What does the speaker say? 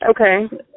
Okay